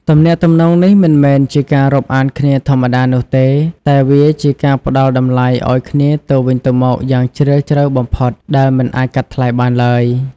ទំនាក់ទំនងនេះមិនមែនជាការរាប់អានគ្នាធម្មតានោះទេ តែវាជាការផ្តល់តម្លៃឲ្យគ្នាទៅវិញទៅមកយ៉ាងជ្រាលជ្រៅបំផុតដែលមិនអាចកាត់ថ្លៃបានឡើយ។